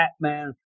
Batman